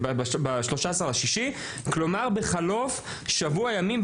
ב-13 ביוני, כלומר בחלוף שבוע ימים.